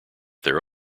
their